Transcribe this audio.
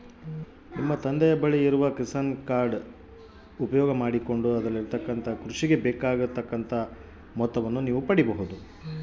ನನ್ನ ತಂದೆಯ ಬಳಿ ಕಿಸಾನ್ ಕ್ರೆಡ್ ಕಾರ್ಡ್ ಇದ್ದು ಅದರಲಿಂದ ಕೃಷಿ ಗೆ ಬೆಳೆಗೆ ಬೇಕಾದಷ್ಟು ರೊಕ್ಕವನ್ನು ತಗೊಂತಾರ